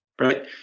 right